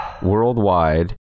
worldwide